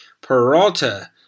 Peralta